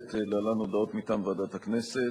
יקרה, ללא קשר לתוצאות ההליכים בבית-המשפט,